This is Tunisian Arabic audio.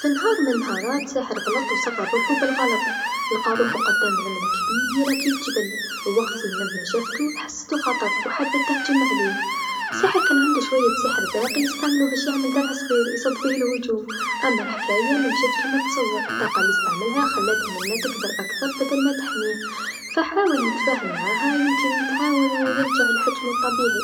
في نهار من النهارات ساحر غلط و صغر روحو بالغلط، لقى روحو قدام نمله كبيرا كالجبل، وقت لنمله شافتو حساتو خطر حبت تهجم عليه، الساحر كان عندو شوية سحر باقي استعملو باش يعمل درع صغير يصد به الهجوم، أما الحكايه ممشاتش كيما تصور، الطاقه لستعملها خلات النمله تكبر أكثر بدل ما تحميه، فحاول يتفهم معاها يمكن تعاونو يرجع لحجمو الطبيعي.